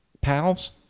Pals